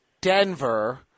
Denver